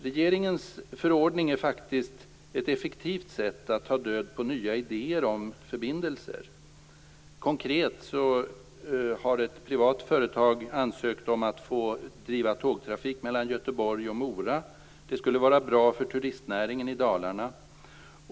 Regeringens förordning är faktiskt ett effektivt sätt att ta död på nya idéer om förbindelser. Ett konkret exempel är att ett privat företag har ansökt om att få driva tågtrafik mellan Göteborg och Mora. Det skulle vara bra för turistnäringen i Dalarna.